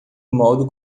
modo